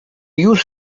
już